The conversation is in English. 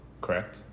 correct